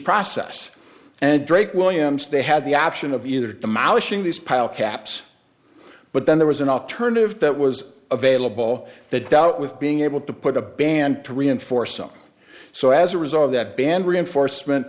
process and drake williams they had the option of either demolishing these pile caps but then there was an alternative that was available that doubt with being able to put a band to reinforce them so as a result of that band reinforcement